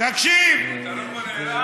לא פונה אליי?